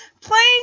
playing